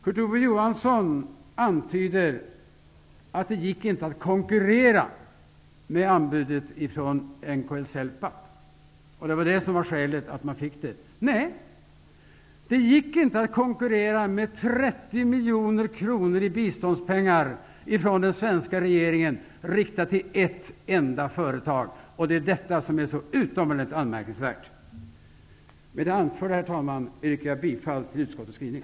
Kurt Ove Johansson antyder att det inte gick att konkurrera med anbudet från NLK-Celpap. Det var skälet till att företaget fick uppdraget. Nej, det gick inte att konkurrera med 30 miljoner kronor i biståndspengar från den svenska regeringen, riktade till ett enda företag. Det är det som är så utomordentligt anmärkningsvärt. Herr talman! Med det anförda yrkar jag bifall till utskottets skrivning.